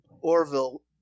Orville